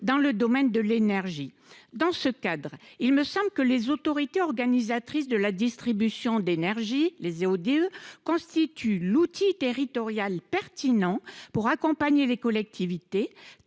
dans le domaine de l’énergie. Dans ce cadre, il me semble que les autorités organisatrices de la distribution d’énergie (AODE) constituent l’outil territorial pertinent pour accompagner les collectivités,